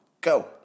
Go